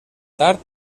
tard